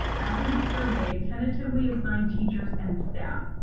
after the survey, tentatively assign teachers and staff.